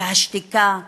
והשתיקה רועמת.